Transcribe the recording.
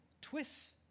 twists